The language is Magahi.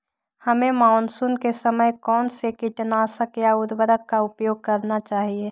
हमें मानसून के समय कौन से किटनाशक या उर्वरक का उपयोग करना चाहिए?